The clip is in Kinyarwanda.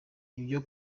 ibyo